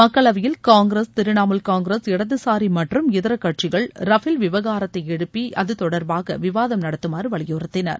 மக்களவையில் Congress Trinamool Congress இடதுசாரி மற்றும் இதரகட்சிகள் ரஃபேல் விவகாரத்தை எழுப்பி அதுதொடர்பாக விவாதம் நடத்தமாறு வலியுறுத்தினர்